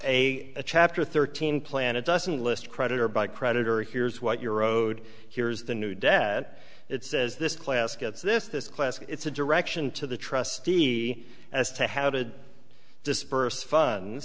a chapter thirteen plan it doesn't list creditor by creditor here's what you're owed here's the new debt it says this class gets this this class it's a direction to the trustee as to how to disperse fun